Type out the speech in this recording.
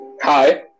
Hi